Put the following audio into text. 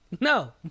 No